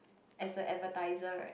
as a advertiser right